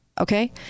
Okay